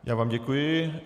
Já vám děkuji.